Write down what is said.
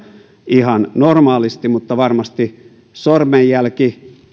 ihan normaalisti mutta varmasti sormenjälki